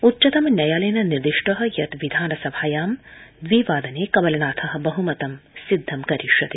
उच्चतम न्यायालयेन निर्दिष्ट यत् विधानसभायां द्वि वादने कमलनाथ बहमतं सिद्धं करिष्यति